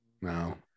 no